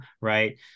right